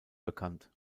bekannt